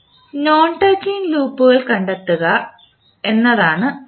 non touching ലൂപ്പുകൾ കണ്ടെത്തുക എന്നതാണ് അടുത്തത്